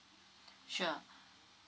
sure